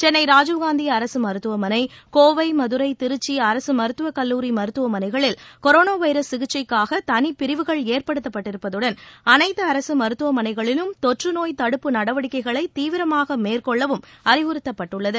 சென்னை ராஜீவ்காந்தி அரசு மருத்துவமனை கோவை மதுரை திருச்சி அரசு மருத்துவக் கல்லூரி மருத்துவமனைகளில் கொரோனா வைரஸ் சிகிச்சைக்காக தனிப்பிரிவுகள் ஏற்பட்டிருப்பதுடன் அனைத்து அரசு மருத்துவமனைகளிலும் தொற்றுநோய் தடுப்பு நடவடிக்கைகளை தீவிரமாக மேற்கொள்ளவும் அறிவுறுத்தப்பட்டுள்ளது